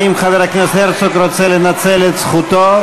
האם חבר הכנסת הרצוג רוצה לנצל את זכותו?